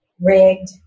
rigged